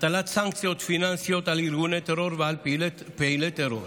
הטלת סנקציות פיננסיות על ארגוני טרור ועל פעילי טרור